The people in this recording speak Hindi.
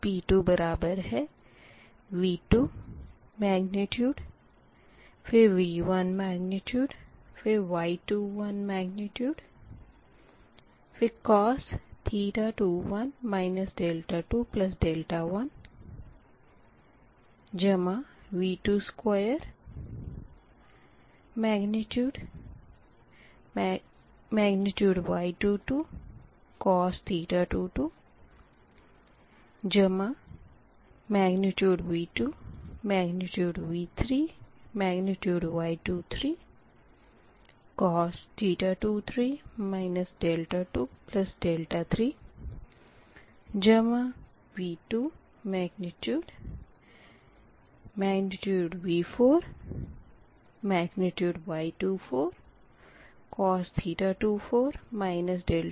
P2 बराबर है V2 फिर V1 फिर Y21 फिर cos 21 21 V22 फिर Y22 cos जमा V2 फिर V3 फिर Y23 फिर co23 23 जमा V2 V4 फिर Y24 cos 24 24